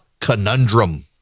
Conundrum